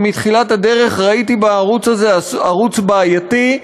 שמתחילת הדרך ראיתי בערוץ הזה ערוץ בעייתי,